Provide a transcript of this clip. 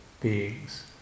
beings